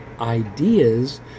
ideas